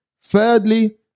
Thirdly